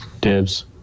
Dibs